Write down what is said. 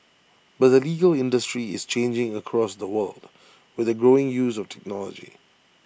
but the legal industry is changing across the world with the growing use of technology